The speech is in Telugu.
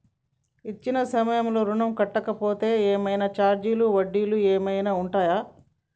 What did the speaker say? ఇచ్చిన సమయంలో ఋణం కట్టలేకపోతే ఏమైనా ఛార్జీలు వడ్డీలు ఏమైనా ఉంటయా?